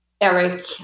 Eric